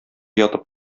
ятып